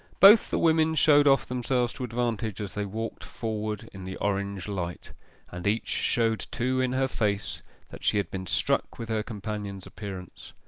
both the women showed off themselves to advantage as they walked forward in the orange light and each showed too in her face that she had been struck with her companion's appearance.